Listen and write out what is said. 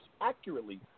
accurately